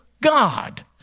God